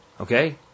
Okay